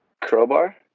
crowbar